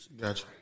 Gotcha